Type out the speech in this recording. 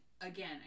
Again